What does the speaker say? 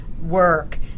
Work